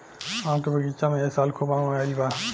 आम के बगीचा में ए साल खूब आम आईल बा